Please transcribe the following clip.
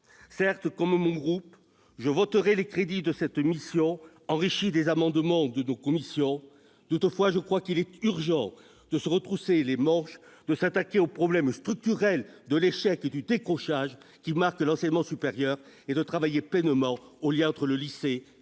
Les Républicains, je voterai les crédits de cette mission, enrichis des amendements de nos commissions. Toutefois, je crois qu'il est urgent de se retrousser les manches et de s'attaquer aux problèmes structurels de l'échec et du décrochage qui marquent l'enseignement supérieur, et de travailler pleinement aux liens entre le lycée et la licence,